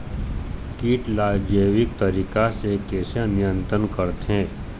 कीट ला जैविक तरीका से कैसे नियंत्रण करथे?